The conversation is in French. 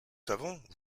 savons